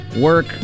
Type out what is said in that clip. work